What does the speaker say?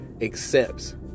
accepts